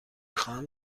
خواهم